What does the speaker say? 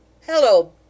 Hello